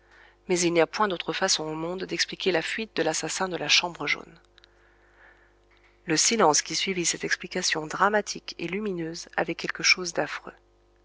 mais il n'y a point d'autre façon au monde d'expliquer la fuite de l'assassin de la chambre jaune le silence qui suivit cette explication lumineuse avait quelque chose d'affreux